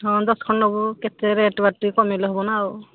ହଁ ଦଶ ଖଣ୍ଡ ନବୁ କେତେ ରେଟ୍ ବାଟ ଟିକେ କମେଇଲେ ହବ ନା ଆଉ